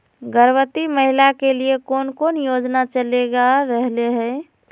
गर्भवती महिला के लिए कौन कौन योजना चलेगा रहले है?